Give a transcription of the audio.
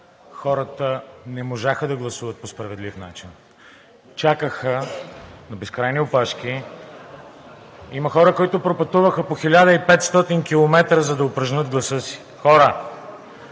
хората не можаха да гласуват по справедлив начин – чакаха на безкрайни опашки. Има хора, които пропътуваха по 1500 км, за да упражнят гласа си. Хора,